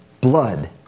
blood